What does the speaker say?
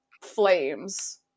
flames